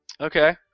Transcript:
Okay